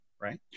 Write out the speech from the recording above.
right